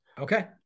Okay